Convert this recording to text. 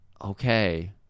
Okay